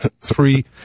three